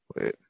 Wait